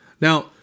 Now